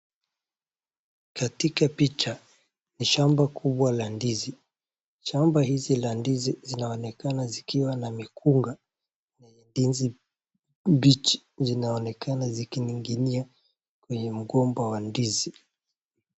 Katika picha ni shamba kuwa la ndizi. Shamba hizi za ndizi zinaonekana zikiwa na mikunga zenye ndizi mbichi. Zinaonekana zikining`inia kwenye mgomba wa ndizi.